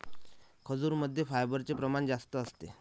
खजूरमध्ये फायबरचे प्रमाण जास्त असते